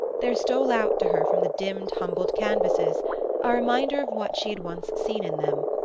there stole out to her from the dimmed humbled canvases a reminder of what she had once seen in them,